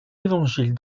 évangiles